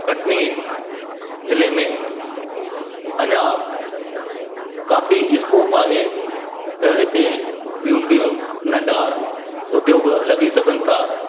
कटनी ज़िले में अञा काफ़ी स्कोप आहे त हिते ॿियूं ॿियूं नंढा उद्दयोग लॻी सघनि था